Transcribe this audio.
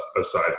aside